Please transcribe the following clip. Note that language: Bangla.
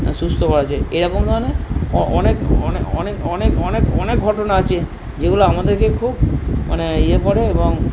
সুস্থ করা হয়েছে এরকম ধরণের অনেক অনেক অনেক অনেক ঘটনা আছে যেগুলো আমাদেরকে খুব মানে ইয়ে করে এবং